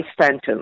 sentence